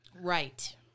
Right